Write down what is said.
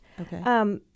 Okay